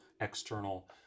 external